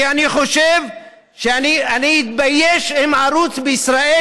כי אני חושב שאני אתבייש אם יחשיכו ערוץ בישראל,